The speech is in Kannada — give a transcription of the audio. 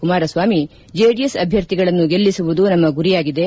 ಕುಮಾರಸ್ವಾಮಿ ಜೆಡಿಎಸ್ ಅಭ್ಯರ್ಥಿಗಳನ್ನು ಗೆಲ್ಲಿಸುವುದು ನಮ್ನ ಗುರಿಯಾಗಿದೆ